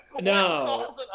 No